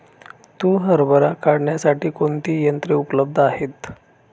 तूर हरभरा काढण्यासाठी कोणती यंत्रे उपलब्ध आहेत?